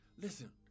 listen